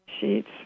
Sheets